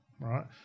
right